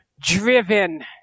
driven